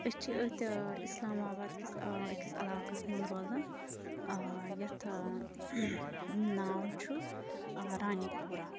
أسۍ چھِ أتھۍ اِسلام آباد کِس أکِس علاقَس منٛز روزان یَتھ ناو چھُ رانی پوٗرہ